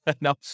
No